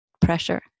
pressure